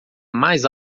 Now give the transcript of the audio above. mais